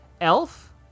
Elf